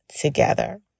together